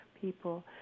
people